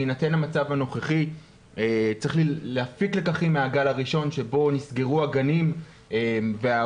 בהינתן המצב הנוכחי צריך להפיק לקחים מהגל הראשון שבו נסגרו הגנים וההורים